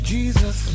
Jesus